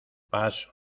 paso